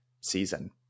season